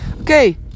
Okay